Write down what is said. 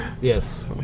Yes